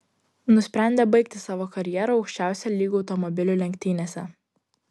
nusprendė baigti savo karjerą aukščiausio lygio automobilių lenktynėse